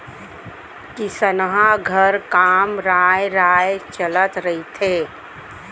किसनहा घर काम राँय राँय चलत रहिथे